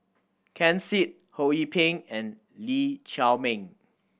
Ken Seet Ho Yee Ping and Lee Chiaw Meng